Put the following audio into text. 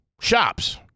shops